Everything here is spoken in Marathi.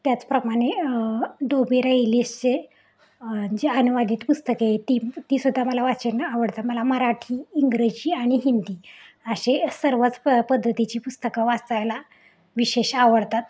त्याचप्रमाणे डोबे रयलेसचे जे अनुवादित पुस्तकं आहे ती ती सुद्धा मला वाचायला आवडतात मला मराठी इंग्रजी आणि हिंदी असे सर्वच प पद्धतीची पुस्तकं वाचायला विशेष आवडतात